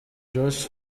josh